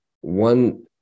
one